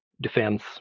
defense